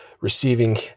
receiving